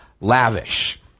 lavish